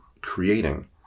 creating